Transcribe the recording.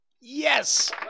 Yes